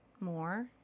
more